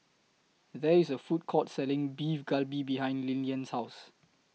There IS A Food Court Selling Beef Galbi behind Lilyan's House